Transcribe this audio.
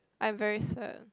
I'm very sad